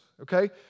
okay